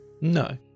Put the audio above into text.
No